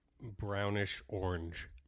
brownish-orange